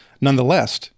Nonetheless